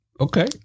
Okay